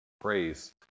praise